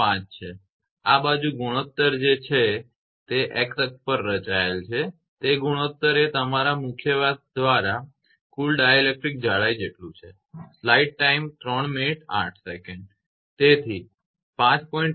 5 છે અને આ બાજુ આ ગુણોત્તર છે જે આ x એક્સ અક્ષ પર રચાયેલ છે અને તે ગુણોત્તર એ તમારા મુખ્ય વ્યાસ દ્વારા કુલ ડાઇલેક્ટ્રિક જાડાઈ જેટલું છે તેથી 5